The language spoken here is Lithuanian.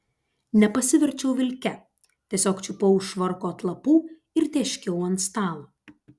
nepasiverčiau vilke tiesiog čiupau už švarko atlapų ir tėškiau ant stalo